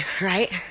right